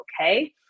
okay